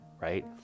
right